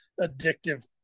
addictive